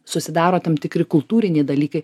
susidaro tam tikri kultūriniai dalykai